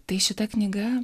tai šita knyga